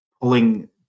pulling